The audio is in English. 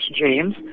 james